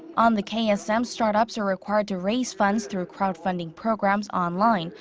on the ksm. ah so um startups are required to raise funds through crowd-funding programs online,